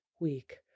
week